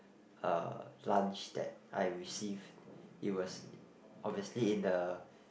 uh lunch that I receive it was obviously in the